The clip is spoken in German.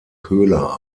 köhler